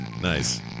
Nice